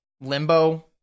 limbo